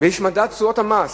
ויש מדד תשואות המס,